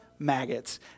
maggots